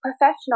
professional